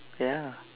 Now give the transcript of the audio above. ya